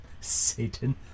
satan